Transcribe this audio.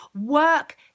work